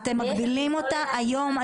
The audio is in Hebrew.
אתם מגבילים אותה היום,